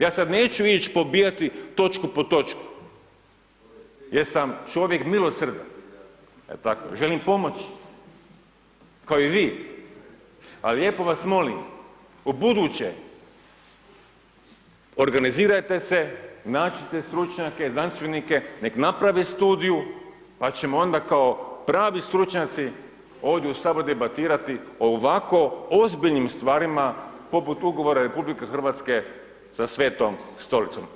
Ja sad neću ić pobijati točku po točku jer sam čovjek milosrdan, želim pomoći kao i vi ali lijepo vas molim, ubuduće organizirajte se, nađite stručnjake, znanstvenike, nek naprave studiju pa ćemo onda kao pravi stručnjaci ovdje u Saboru debatirati o ovako ozbiljnim stvarima poput ugovora RH sa Svetom Stolicom.